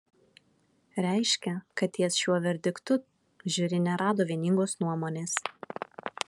reiškia kad ties šiuo verdiktu žiuri nerado vieningos nuomonės